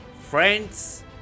friends